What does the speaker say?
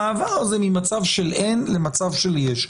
המעבר הזה ממצב של אין למצב של יש.